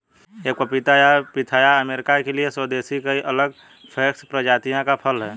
एक पपीता या पिथाया अमेरिका के लिए स्वदेशी कई अलग कैक्टस प्रजातियों का फल है